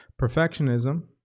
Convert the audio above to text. perfectionism